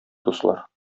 дуслар